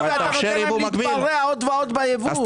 ואתה נותן להם להתפרע עוד ועוד ביבוא.